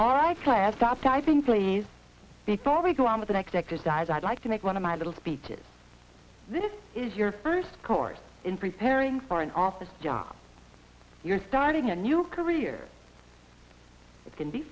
please before we go on to the next exercise i'd like to make one of my little speeches this is your first course in preparing for an office job you're starting a new career it can be